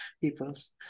peoples